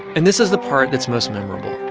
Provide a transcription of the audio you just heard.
and this is the part that's most memorable,